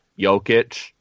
jokic